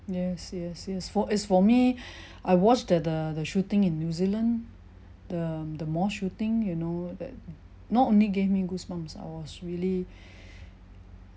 yes yes yes for as for me I watched the the the shooting in new zealand the the mosque shooting you know that not only gave me goosebumps I was really